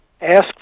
ask